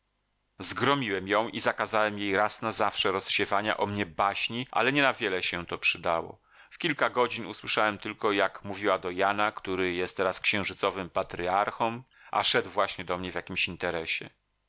zgromiłem ją i zakazałem jej raz na zawsze rozsiewania o mnie baśni ale nie na wiele się to przydało w kilka godzin usłyszałem tylko jak mówiła do jana który jest teraz księżycowym patryarchą a szedł właśnie do mnie w jakimś interesie